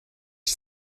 هیچ